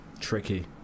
Tricky